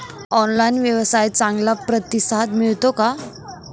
Online व्यवसायात चांगला प्रतिसाद मिळतो का?